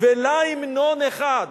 ולה המנון אחד.